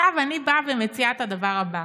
עכשיו אני באה ומציעה את הדבר הזה: